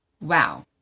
Wow